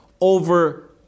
over